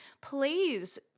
please